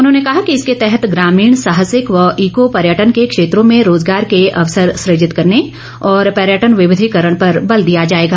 उन्होंने कहा कि इसके तहत ग्रामीण साहसिक व ईको पर्यटन के क्षेत्रों में रोजगार के अवसर सुजित करने और पर्यटन विविधिकरण पर बल दिया जाएगा